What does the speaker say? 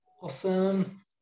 Awesome